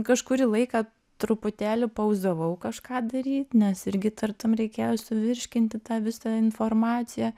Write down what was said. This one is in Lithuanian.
kažkurį laiką truputėlį pauzavau kažką dary nes irgi tartum reikėjo suvirškinti tą visą informaciją